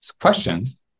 questions